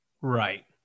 Right